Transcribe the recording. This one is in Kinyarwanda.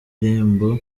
irembo